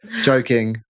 Joking